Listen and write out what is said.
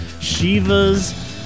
Shiva's